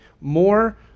more